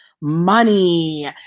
money